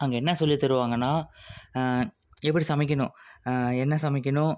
அங்கே என்ன சொல்லி தருவாங்கன்னால் எப்படி சமைக்கணும் என்ன சமைக்கணும்